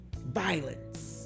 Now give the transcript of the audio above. Violence